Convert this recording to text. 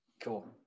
Cool